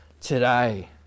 today